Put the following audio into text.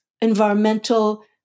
environmental